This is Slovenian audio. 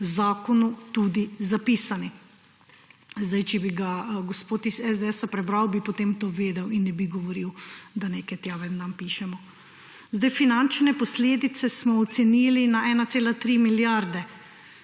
zakonu tudi zapisani. Zdaj, če bi ga gospod iz SDS-a prebral, bi potem to vedel in ne bi govoril, da nekaj tja v en dan pišemo. Finančne posledice smo ocenili na 1,3 milijarde,